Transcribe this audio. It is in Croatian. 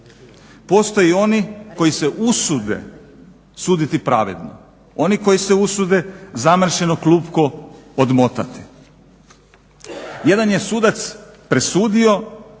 postaju oni koji se usude suditi pravedno. Oni koji se usude zamršeno klupko odmotati. Jedan je sudac presudio,